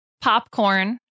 popcorn